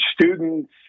students